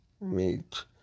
meet